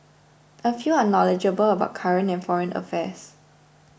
a few are knowledgeable about current and foreign affairs